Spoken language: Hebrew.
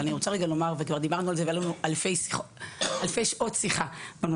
אבל אני רוצה לומר וכבר דיברנו על זה; היו לנו אלפי שעות שיחה בנושא